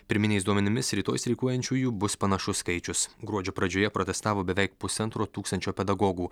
pirminiais duomenimis rytoj streikuojančiųjų bus panašus skaičius gruodžio pradžioje protestavo beveik pusantro tūkstančio pedagogų